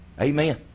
Amen